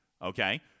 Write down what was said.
Okay